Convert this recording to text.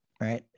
right